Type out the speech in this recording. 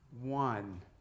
One